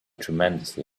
tremendously